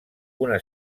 una